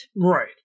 Right